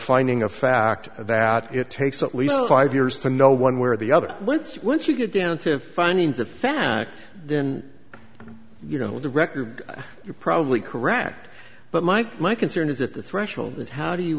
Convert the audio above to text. finding of fact that it takes at least five years to know one where the other once once you get down to finding the facts then you know the record you're probably correct but mike my concern is that the threshold is how do you